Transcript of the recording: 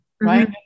right